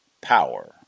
power